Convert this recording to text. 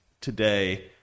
today